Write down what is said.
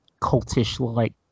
cultish-like